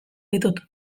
ditut